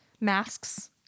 masks